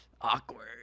awkward